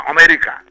America